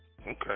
Okay